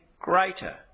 greater